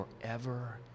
forever